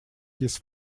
his